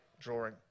drawing